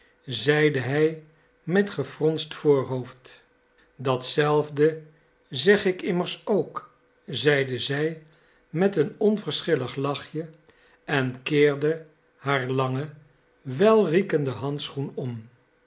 zeide hij met gefronst voorhoofd datzelfde zeg ik immers ook zeide zij met een onverschillig lachje en keerde haar langen welriekenden handschoen om